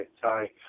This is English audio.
sorry